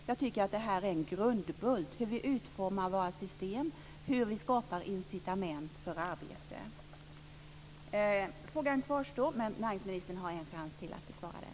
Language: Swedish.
Jag tycker att utformningen av våra system och hur vi skapar incitament för arbete är en grundbult. Frågan kvarstår, men näringsministern har en chans till att besvara den.